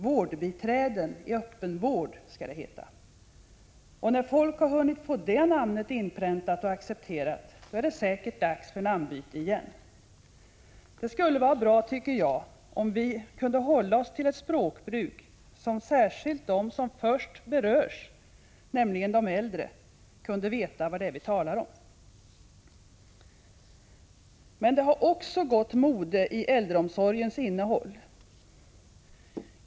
Vårdbiträden i öppen vård, skall det heta, och när folk har hunnit få det namnet inpräntat och accepterat är det säkert dags för namnbyte igen. Det skulle vara bra, tycker jag, om vi kunde hålla oss till ett språkbruk som gör att särskilt de som först berörs, nämligen de äldre, vet vad vi talar om. Det har emellertid också gått mode i äldreomsorgens innehåll.